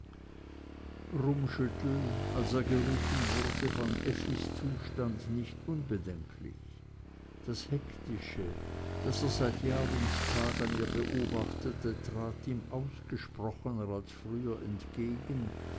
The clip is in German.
rummschüttel als er gerufen wurde fand effis zustand nicht unbedenklich das hektische das er seit jahr und tag an ihr beobachtete trat ihm ausgesprochener als früher entgegen